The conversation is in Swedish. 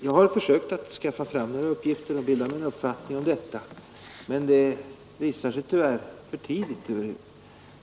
Jag har försökt att skaffa fram några uppgifter och bilda mig en uppfattning om detta, men det visar sig tyvärr vara för tidigt.